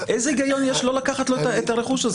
איזה היגיון יש לא לקחת לו את הרכוש הזה?